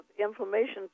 inflammation